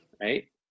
Right